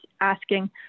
asking